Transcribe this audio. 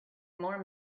more